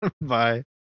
Bye